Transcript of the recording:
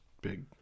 big